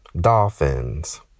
dolphins